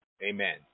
Amen